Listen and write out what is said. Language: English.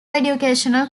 educational